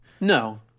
no